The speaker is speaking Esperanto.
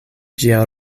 ĝia